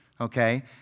Okay